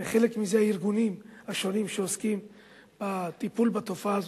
וחלק הארגונים השונים שעוסקים בטיפול בתופעה הזאת,